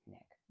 Nick